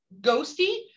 ghosty